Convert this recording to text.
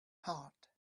heart